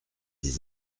des